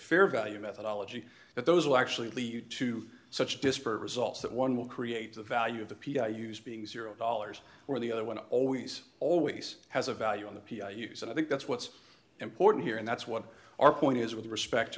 fair value methodology that those will actually lead to such disparate results that one will create the value of the p i use being zero dollars or the other one always always has a value on the use and i think that's what's important here and that's what our point is with respect